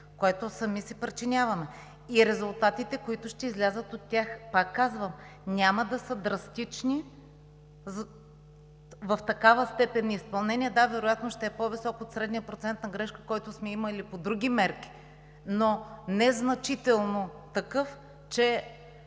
което сами си причиняваме. Резултатите, които ще излязат от тях, пак казвам, няма да са драстични, в такава степен изпълнени. Да, вероятно ще е по-висок от средния процент грешка, който сме имали по други мерки, но незначително такъв, че